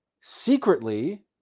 secretly